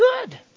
good